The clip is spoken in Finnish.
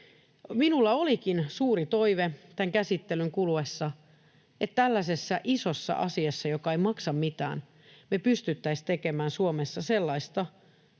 Minulla olikin suuri toive tämän käsittelyn kuluessa, että tällaisessa isossa asiassa, joka ei maksa mitään, me pystyttäisiin tekemään Suomessa sellaista